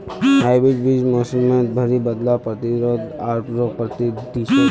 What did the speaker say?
hybrid बीज मोसमेर भरी बदलावर प्रतिरोधी आर रोग प्रतिरोधी छे